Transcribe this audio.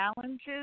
challenges